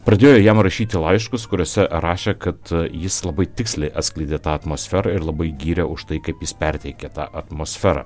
pradėjo jam rašyti laiškus kuriuose rašė kad jis labai tiksliai atskleidė tą atmosferą ir labai gyrė už tai kaip jis perteikė tą atmosferą